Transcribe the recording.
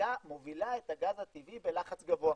מובילה את הגז הטבעי בלחץ גבוה.